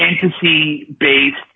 fantasy-based